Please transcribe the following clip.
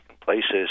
places